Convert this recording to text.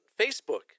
Facebook